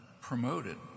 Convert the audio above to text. promoted